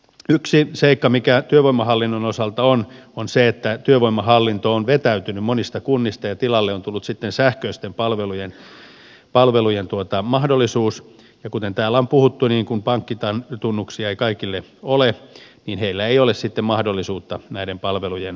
yksi seikka työvoimahallinnon osalta on se että työvoimahallinto on vetäytynyt monista kunnista ja tilalle on tullut sitten sähköisten palvelujen mahdollisuus ja kuten täällä on puhuttu kun pankkitunnuksia ei ole kaikilla heillä ei ole sitten mahdollisuutta näiden palvelujen käyttöön